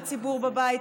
הציבור בבית,